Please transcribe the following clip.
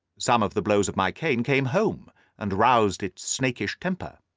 some of the blows of my cane came home and roused its snakish temper,